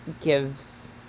gives